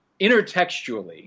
intertextually